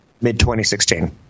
Mid-2016